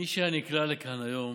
מי שהיה נקרה לכאן היום,